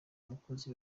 umukozi